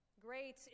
Great